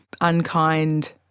unkind